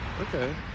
Okay